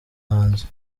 hanze